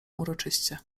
uroczyście